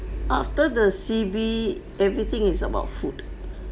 after the C_B everything is about food